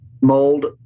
mold